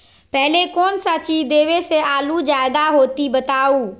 पहले कौन सा चीज देबे से आलू ज्यादा होती बताऊं?